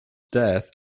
death